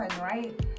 right